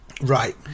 Right